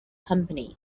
company